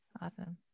Awesome